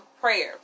prayer